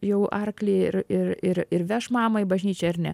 jau arklį ir ir ir ir veš mamą į bažnyčią ar ne